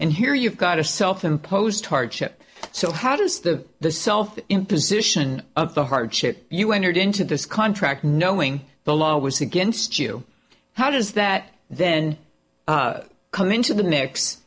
and here you've got a self imposed hardship so how does the the self imposition of the hardship you entered into this contract knowing the law was against you how does that then come into the